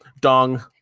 Dong